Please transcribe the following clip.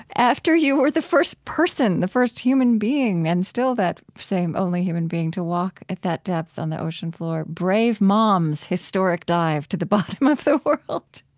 after you were the first person, the first human being, and still that same only human being to walk at that depth on the ocean floor brave mom's historic dive to the bottom of the world.